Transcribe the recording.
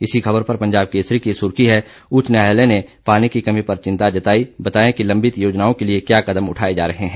इसी खबर पर पंजाब केसरी की सुर्खी है उच्च न्यायालय ने पानी की कमी पर चिंता जताई बताएं कि लंबित योजनाओं के लिए क्या कदम उठाए जा रहे हैं